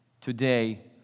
today